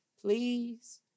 please